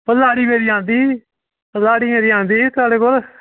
ते लाड़ी मेरी आंदी ही लाड़ी मेरी आंदी ही थुआढ़े कोल